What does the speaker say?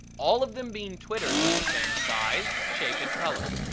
all of them being twitters of the same size, shape, and color.